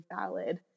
valid